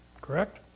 Correct